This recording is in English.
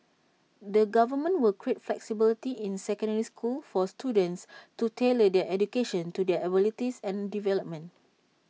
the government will create flexibility in secondary schools for students to tailor their education to their abilities and development